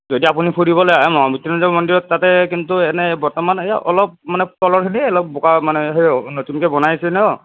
যদি আপুনি ফুৰিবলৈ আহে মহা মৃত্যুঞ্জয় মন্দিৰত তাতে কিন্তু এনেই বৰ্তমান এই অলপ মানে তলৰখিনি অলপ এই অলপ বোকা মানে সেই নতুনকৈ বনাইছে ন